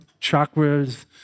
chakras